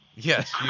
Yes